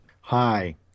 Hi